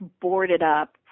boarded-up